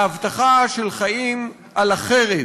ההבטחה של חיים על החרב,